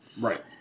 Right